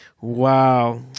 Wow